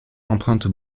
emprunte